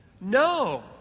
No